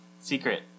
Secret